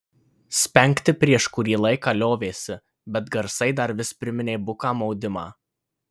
spengti prieš kurį laiką liovėsi bet garsai dar vis priminė buką maudimą